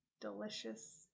delicious